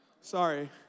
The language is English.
Sorry